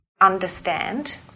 understand